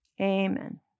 Amen